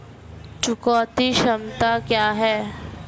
चुकौती क्षमता क्या है?